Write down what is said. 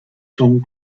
from